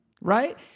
right